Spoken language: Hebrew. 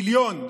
מיליון.